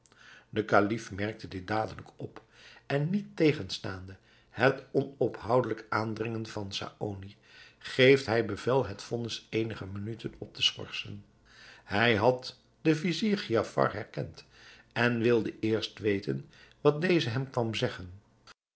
de kalif merkte dit dadelijk op en niettegenstaande het onophoudelijk aandringen van saony geeft hij bevel het vonnis eenige minuten op te schorsen hij had den vizier giafar herkend en wilde eerst weten wat deze hem kwam zeggen